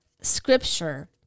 scripture